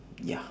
ya